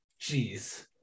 Jeez